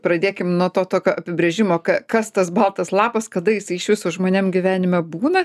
pradėkim nuo to tokio apibrėžimo kas tas baltas lapas kada jisai iš viso žmonėm gyvenime būna